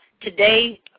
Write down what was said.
today